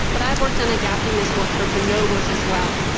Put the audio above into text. but i've worked on adapting this work for bonobos as well.